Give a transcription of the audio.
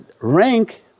rank